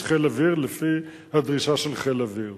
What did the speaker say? חיל אוויר לפי הדרישה של חיל האוויר,